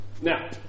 Now